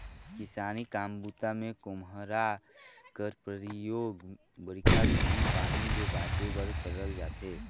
किसानी काम बूता मे खोम्हरा कर परियोग बरिखा घनी पानी ले बाचे बर करल जाथे